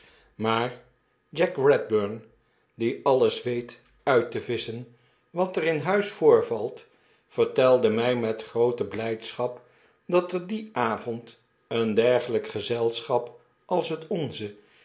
redburn die alles weet uit te visschen wat er in huis voorvalt vertelde mij met groote blijdscbap dat er dien avond een dergelijk gezelschap als het onze